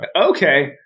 Okay